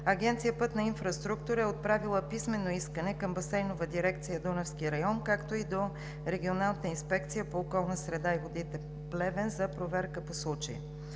Агенция „Пътна инфраструктура“ е отправила писмено искане към Басейнова дирекция „Дунавски район“, както и до Регионалната инспекция по околна среда и води – Плевен, за проверка по случая.